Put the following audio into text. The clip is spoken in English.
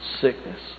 sickness